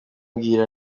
mbwira